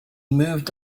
moved